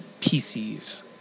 PCs